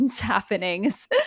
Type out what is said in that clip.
happenings